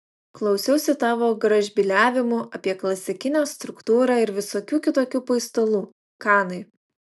klausiausi tavo gražbyliavimų apie klasikinę struktūrą ir visokių kitokių paistalų kanai